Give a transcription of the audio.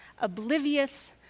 oblivious